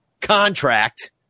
contract